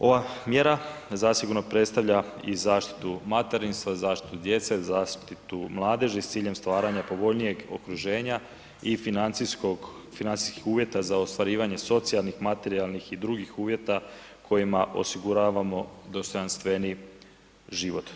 Ova mjera zasigurno predstavlja i zaštitu materinstva, zaštitu djece, zaštitu mladeži s ciljem stvaranja povoljnijeg okruženja i financijskog, financijskih uvjeta za ostvarivanje socijalnih, materijalnih i drugih uvjeta kojima osiguravamo dostojanstveniji život.